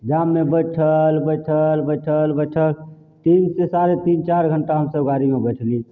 जाममे बैठल बैठल बैठल बैठल तीनसे साढ़े तीन चारि घण्टा हमसभ गाड़ीमे बैठली